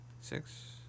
Six